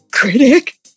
Critic